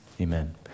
Amen